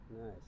Nice